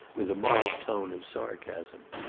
with a marked tone of sarcasm.